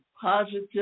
positive